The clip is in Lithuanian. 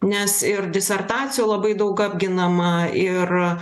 nes ir disertacijų labai daug apginama ir